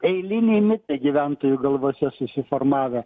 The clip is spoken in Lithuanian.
eiliniai mitai gyventojų galvose susiformavę